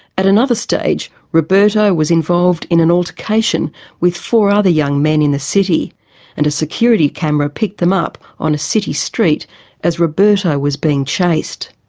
at another stage roberto was involved in an altercation with four other young men in the city and a security camera picked them up on a city street as roberto was being chased.